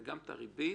גם את הריבית